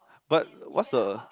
but what's the